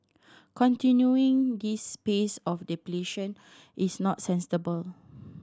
continuing this pace of depletion is not sustainable